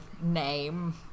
name